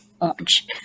orange